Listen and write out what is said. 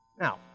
Now